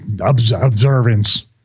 observance